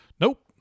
nope